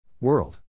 world